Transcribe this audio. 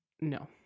No